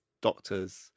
doctors